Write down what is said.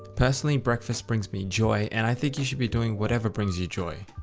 personally breakfast brings me joy and i think you should be doing whatever brings you joy.